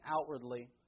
outwardly